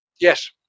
Yes